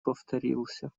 повторился